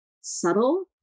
subtle